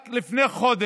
רק לפני חודש,